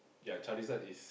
ya Charizard is